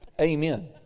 Amen